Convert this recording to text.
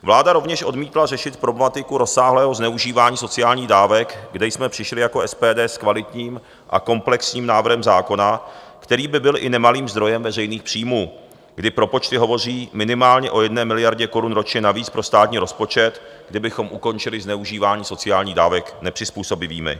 Vláda rovněž odmítla řešit problematiku rozsáhlého zneužívání sociálních dávek, kde jsme přišli jako SPD s kvalitním a komplexním návrhem zákona, který by byl i nemalým zdrojem veřejných příjmů, kdy propočty hovoří minimálně o 1 miliardě korun ročně navíc pro státní rozpočet, kdybychom ukončili zneužívání sociálních dávek nepřizpůsobivými.